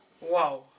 wow